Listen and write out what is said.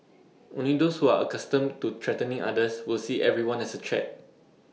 only those who are accustomed to threatening others will see everyone as A threat